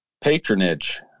patronage